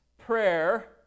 prayer